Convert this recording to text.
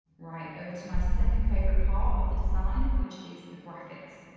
right, over to my second favourite part of the design, which is the graphics.